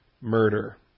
murder